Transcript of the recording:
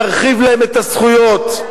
תרחיב להם את הזכויות.